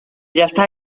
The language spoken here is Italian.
realtà